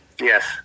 Yes